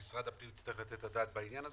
ומשרד הפנים יצטרך לתת את הדעת לעניין הזה.